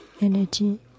energy